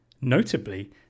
Notably